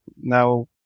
now